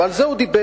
ועל זה הוא דיבר.